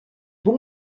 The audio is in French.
bon